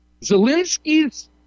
Zelensky's